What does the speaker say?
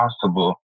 possible